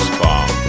bomb